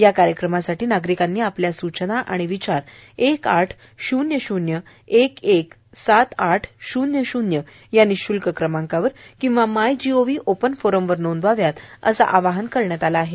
या कार्यक्रमासाठी नागरिकांनी आपल्या सूचना आणि विचार एक आठ शून्य शून्य एक एक सात आठ शुन्य शुन्य या निःशुल्क क्रमांकावर किंवा माय जीओव्ही ओपन फोरमवर नोंदवाव्यात असं आवाहन करण्यात आलं आहे